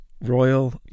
royal